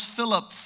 Philip